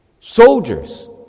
Soldiers